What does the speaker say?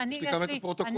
יש לי את הפרוטוקול.